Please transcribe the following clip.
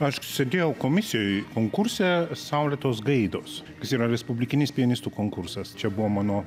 aš sėdėjau komisijoj konkurse saulėtos gaidos kas yra respublikinis pianistų konkursas čia buvo mano